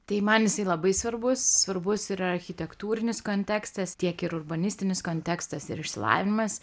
tai man jisai labai svarbus svarbus ir architektūrinis kontekstas tiek ir urbanistinis kontekstas ir išsilavinimas